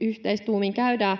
yhteistuumin käydään.